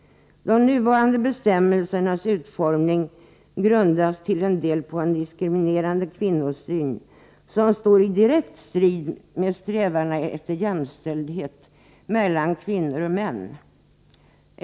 De nuvarande bestämmelsernas utformning grundas till en del på en diskriminerande kvinnosyn, som står i direkt strid med strävandena efter jämställdhet mellan kvinnor och män.